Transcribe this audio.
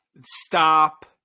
Stop